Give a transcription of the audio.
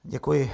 Děkuji.